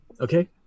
Okay